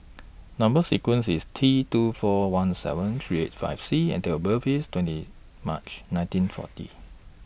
Number sequence IS T two four one seven three eight five C and Date of birth IS twenty March nineteen forty